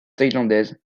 thaïlandaise